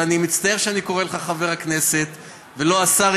ואני מצטער שאני קורא לך חבר הכנסת ולא השר,